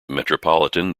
metropolitan